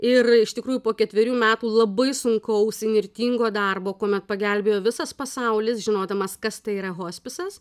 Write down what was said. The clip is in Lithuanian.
ir iš tikrųjų po ketverių metų labai sunkaus įnirtingo darbo kuomet pagelbėjo visas pasaulis žinodamas kas tai yra hospisas